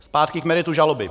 Zpátky k meritu žaloby.